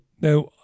Now